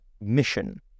mission